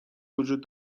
وجود